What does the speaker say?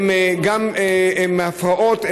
הן הפרעות,